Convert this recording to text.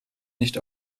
nicht